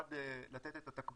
שנועד לתת את התקבולים,